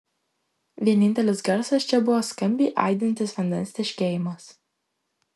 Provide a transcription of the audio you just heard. vienintelis garsas čia buvo skambiai aidintis vandens teškėjimas